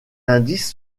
indice